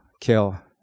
kill